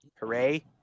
Hooray